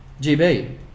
GB